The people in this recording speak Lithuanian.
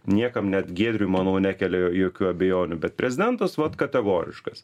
niekam net giedriui manau nekelia jokių abejonių bet prezidentas vat kategoriškas